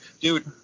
dude